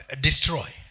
destroy